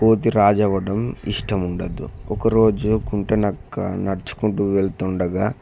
ఆ కోతి రాజు అవడం ఇష్టం ఉండదు ఒకరోజు గుంటనక్క నడుచుకుంటూ వెళుతుండగా